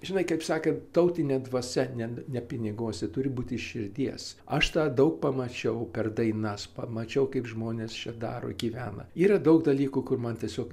žinai kaip sakant tautinė dvasia ne ne piniguose turi būti iš širdies aš tą daug pamačiau per dainas pamačiau kaip žmonės čia daro gyvena yra daug dalykų kur man tiesiog